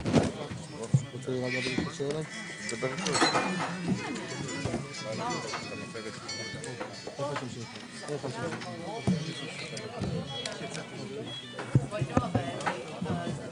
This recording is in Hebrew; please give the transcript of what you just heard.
12:54.